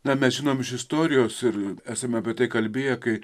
na mes žinom iš istorijos ir esame apie tai kalbėję kai